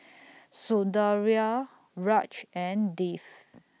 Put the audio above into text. Sundaraiah Raj and Dev